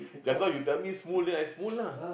just now you tell me then I lah